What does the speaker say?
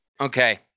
Okay